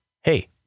hey